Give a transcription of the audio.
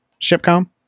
Shipcom